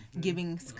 giving